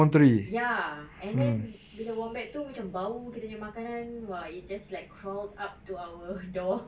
ya and then bila wombat tu macam bau kita punya makanan !wah! he just like crawled up to our door